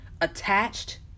attached